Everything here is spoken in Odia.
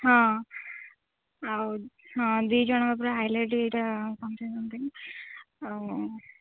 ହଁ ଆଉ ହଁ ଦୁଇଜଣଙ୍କ ପୁରା ହାଇଲାଇଟ୍ ଏଇଟା ସମଥିଙ୍ଗ ସମଥିଙ୍ଗ ଆଉ